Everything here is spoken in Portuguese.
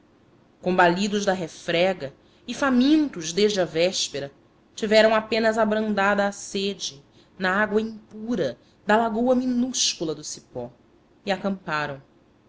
combalidos da refrega e famintos desde a véspera tiveram apenas abrandada a sede na água impura da lagoa minúscula do cipó e acamparam